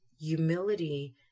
humility